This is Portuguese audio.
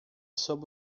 sob